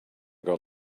got